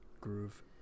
groove